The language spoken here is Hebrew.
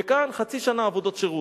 וכאן, חצי שנה עבודות שירות.